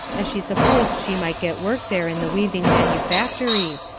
as she supposed she might get work there in the weaving-manufactory,